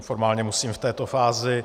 Formálně musím v této fázi.